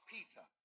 Peter